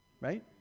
right